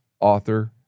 Author